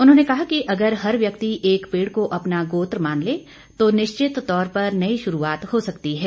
उन्होंने कहा कि अगर हर व्यक्ति एक पेड़ को अपना गोत्र मान ले तो निश्चित तौर पर नई शुरूआत हो सकती है